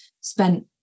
spent